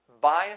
bias